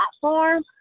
platform